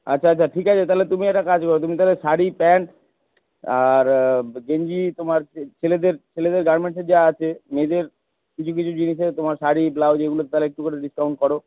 আচ্ছা আচ্ছা ঠিক আছে তাহলে তুমি একটা কাজ করো তুমি তাহলে শাড়ি প্যান্ট আর গেঞ্জি তোমার ছেলেদের ছেলেদের গারমেন্টেসের যা আছে মেয়েদের কিছু কিছু জিনিসে তোমার শাড়ি ব্লাউজ এগুলোতে তাহলে একটু করে ডিসকাউন্ট করো